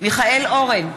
מיכאל אורן,